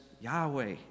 Yahweh